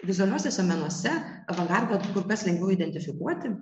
vizualiuosiuose menuose avangardas kur kas lengviau identifikuoti